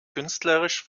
künstlerisch